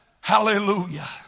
Hallelujah